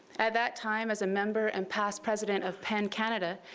at that time, as a member and past president of pen canada,